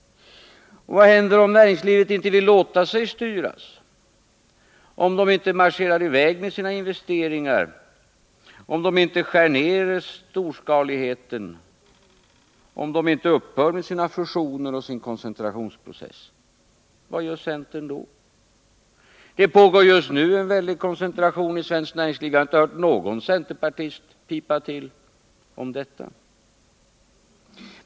Vad händer om näringslivet inte vill låta sig styras, om det inte marscherar i väg med sina investeringar, om det inte skär ned storskaligheten, om det inte upphör med sina fusioner och sin koncentrationsprocess? Vad gör centern då? Det pågår just nu en väldig koncentration i svenskt näringsliv. Men jag har inte hört någon centerpartist pipa till om det.